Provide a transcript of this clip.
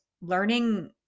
learning